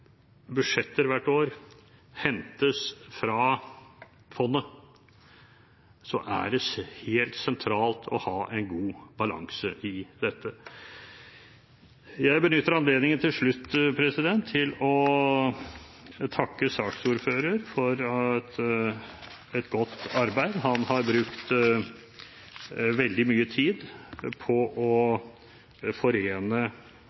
hvert år hentes fra fondet, er det helt sentralt å ha en god balanse i dette. Jeg benytter anledningen til slutt til å takke saksordføreren for et godt arbeid. Han har brukt veldig mye tid på å forene